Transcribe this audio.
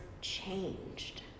changed